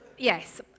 yes